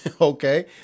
Okay